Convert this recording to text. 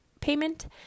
payment